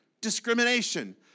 discrimination